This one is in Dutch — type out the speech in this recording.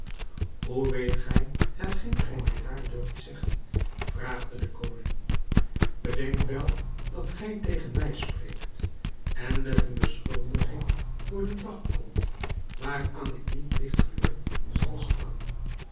hoe weet gij hetgeen gij mij daar durft zeggen vraagde de koning bedenk wel dat gij tegen mij spreekt en met eene beschuldiging voor den dag komt waaraan ik niet ligt geloof zal slaan